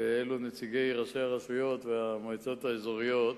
ואלו נציגי ראשי הרשויות והמועצות האזוריות,